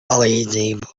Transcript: palīdzību